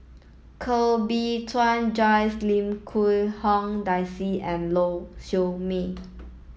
Koh Bee Tuan Joyce Lim Quee Hong Daisy and Lau Siew Mei